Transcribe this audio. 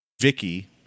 Vicky